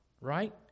right